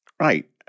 Right